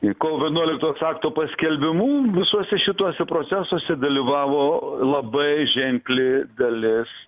į kovo vienuoliktos akto paskelbimu visuose šituose procesuose dalyvavo labai ženkli dalis